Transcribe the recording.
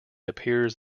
appears